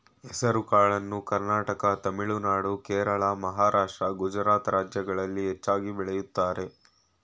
ಹೆಸರುಕಾಳನ್ನು ಕರ್ನಾಟಕ ತಮಿಳುನಾಡು, ಕೇರಳ, ಮಹಾರಾಷ್ಟ್ರ, ಗುಜರಾತ್ ರಾಜ್ಯಗಳಲ್ಲಿ ಹೆಚ್ಚಾಗಿ ಬೆಳಿತರೆ